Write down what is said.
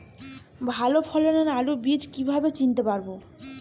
ভালো ফলনের আলু বীজ কীভাবে চিনতে পারবো?